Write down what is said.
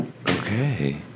Okay